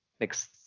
next